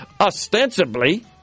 ostensibly